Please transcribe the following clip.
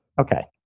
Okay